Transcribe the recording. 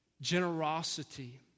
generosity